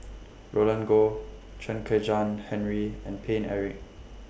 Roland Goh Chen Kezhan Henri and Paine Eric